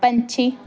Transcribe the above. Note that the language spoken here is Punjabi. ਪੰਛੀ